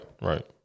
right